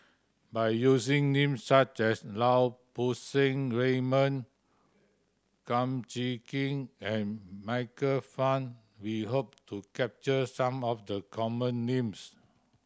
by using names such as Lau Poo Seng Raymond Kum Chee Kin and Michael Fam we hope to capture some of the common names